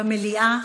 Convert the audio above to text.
במליאה?